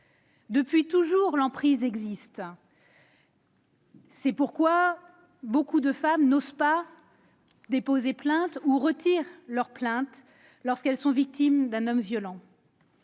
Depuis toujours, l'emprise existe. C'est pourquoi beaucoup de femmes n'osent pas déposer plainte ou retirent leurs plaintes lorsqu'elles sont victimes d'un homme violent.